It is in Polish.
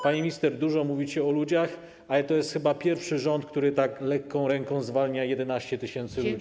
Pani minister, dużo mówicie o ludziach, ale to jest chyba pierwszy rząd, który tak lekką ręką zwalnia 11 tys. ludzi.